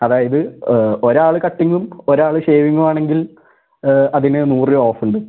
അതായത് ഒരാൾ കട്ടിംഗും ഒരാൾ ഷേവിംഗും ആണെങ്കിൽ അതിന് നൂറ് രൂപ ഓഫുണ്ട്